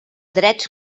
drets